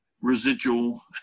residual